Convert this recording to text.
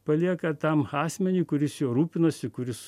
palieka tam asmeniui kuris juo rūpinosi kuris